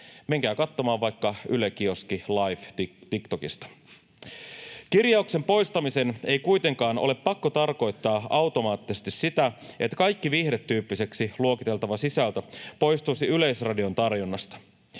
Menkää katsomaan vaikka Yle Kioski LIFE TikTokista. Kirjauksen poistamisen ei kuitenkaan ole pakko tarkoittaa automaattisesti sitä, että kaikki viihdetyyppiseksi luokiteltava sisältö poistuisi Yleisradion tarjonnasta.